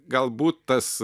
galbūt tas